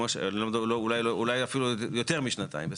אולי אפילו יותר משנתיים,